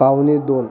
पावणे दोन